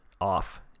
off